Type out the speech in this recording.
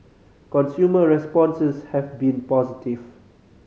consumer responses have been positive